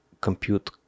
compute